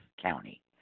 County